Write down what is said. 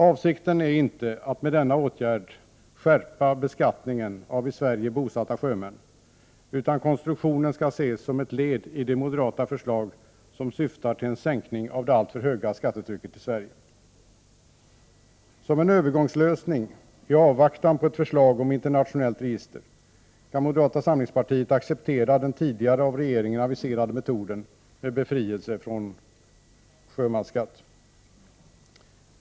Avsikten är inte att med denna åtgärd skärpa beskattningen av i Sverige bosatta sjömän, utan konstruktionen skall ses som ett led i de moderata förslag som syftar till en sänkning av det alltför höga skattetrycket i Sverige. Som en övergångslösning i avvaktan på ett förslag om ett internationellt register kan moderata samlingspartiet acceptera den tidigare av regeringen aviserade metoden med befrielse från sjömansskatt.